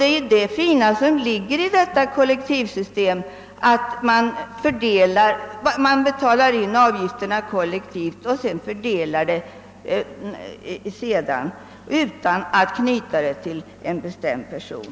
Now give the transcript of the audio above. Det är det fina med detta system, att avgifterna betalas in kollektivt och pengarna sedan fördelas utan att vara knutna till en bestämd person.